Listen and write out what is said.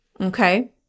okay